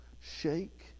shake